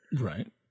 right